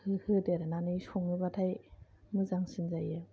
होदेरनानै सङोब्लाथाय मोजांसिन जायो